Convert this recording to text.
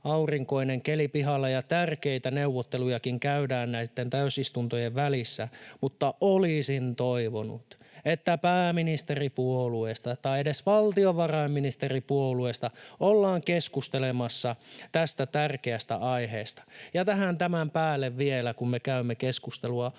aurinkoinen keli pihalla ja tärkeitä neuvottelujakin käydään näitten täysistuntojen välissä, mutta olisin toivonut, että pääministeripuolueesta tai edes valtiovarainministeripuolueesta ollaan keskustelemassa tästä tärkeästä aiheesta, kun me tämän päälle vielä käymme keskustelua